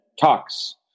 talks